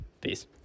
Peace